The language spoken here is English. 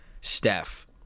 Steph